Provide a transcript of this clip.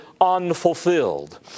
unfulfilled